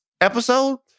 episode